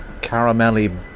caramelly